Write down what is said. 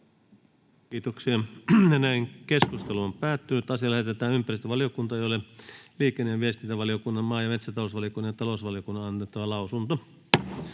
9. asia. Puhemiesneuvosto ehdottaa, että asia lähetetään ympäristövaliokuntaan, jolle liikenne- ja viestintävaliokunnan, maa- ja metsätalousvaliokunnan ja talousvaliokunnan on annettava lausunto.